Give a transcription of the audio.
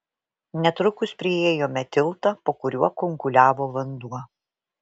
netrukus priėjome tiltą po kuriuo kunkuliavo vanduo